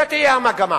זו תהיה המגמה,